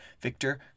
Victor